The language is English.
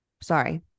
Sorry